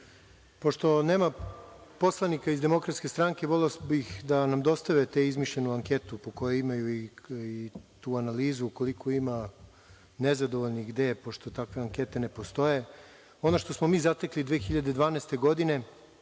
Pošto nema poslanika iz DS, voleo bih da nam dostave te izmišljene ankete koje imaju i tu analizu, koliko ima nezadovoljnih, gde, pošto takve ankete ne postoje. Ono što smo mi zatekli 2012. godine,